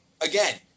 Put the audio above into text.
Again